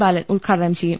ബാലൻ ഉദ്ഘാടനം ചെയ്യും